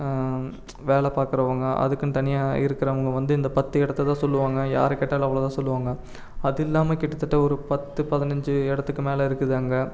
வேலை பார்க்குறவங்க அதுக்குன்னு தனியாக இருக்கிறவங்க வந்து இந்த பத்து இடத்ததான் சொல்லுவாங்க யாரை கேட்டாலும் அவ்வளோதான் சொல்லுவாங்க அது இல்லாமல் கிட்ட தட்ட ஒரு பத்து பதினஞ்சு இடத்துக்கு மேலே இருக்குது அங்கே